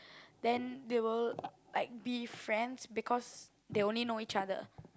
then they will like be friends because they only know each other